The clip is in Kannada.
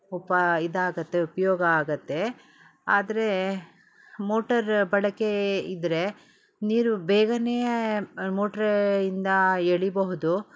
ಉಪಾ ಇದಾಗತ್ತೆ ಉಪಯೋಗ ಆಗುತ್ತೆ ಆದರೆ ಮೋಟರ್ ಬಳಕೆ ಇದ್ದರೆ ನೀರು ಬೇಗ ಮೋಟ್ರ್ ಇಂದ ಏಳೀಬಹುದು